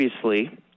previously